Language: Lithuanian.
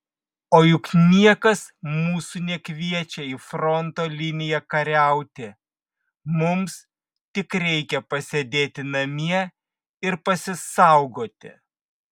o juk niekas mūsų nekviečia į fronto liniją kariauti mums tik reikia pasėdėti namie ir pasisaugoti